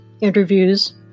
interviews